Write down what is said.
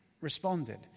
responded